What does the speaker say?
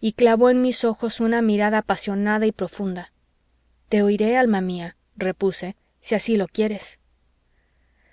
y clavó en mis ojos una mirada apasionada y profunda te oiré alma mía repuse si así lo quieres